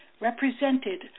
represented